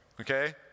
okay